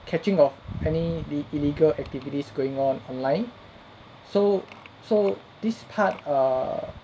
catching of any the illegal activities going on online so so this part err